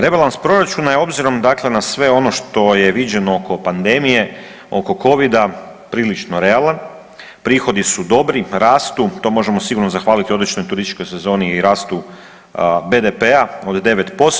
Rebalans proračuna je obzirom dakle na sve ono što je viđeno oko pandemije, oko covida, prilično realan, prihodi su dobri, rastu, to možemo sigurno zahvaliti odličnoj turističkoj sezoni i rastu BDP-a od 9%